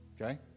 Okay